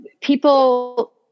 people